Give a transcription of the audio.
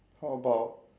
how about